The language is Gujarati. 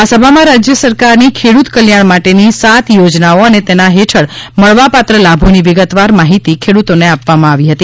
આ સભામાં રાજ્ય સરકારની ખેડૂત કલ્યાણ માટેની સાત યોજનાઓ અને તેના હેઠળ મળવાપાત્ર લાભોની વિગતવાર માહિતી ખેડૂતોને આપવામાં આવી હતી